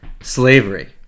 Slavery